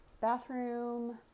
bathroom